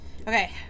Okay